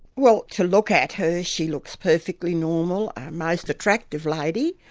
well to look at her she looks perfectly normal, a most attractive lady,